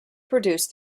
produced